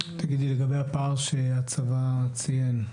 לגבי הפער שהצבא ציין,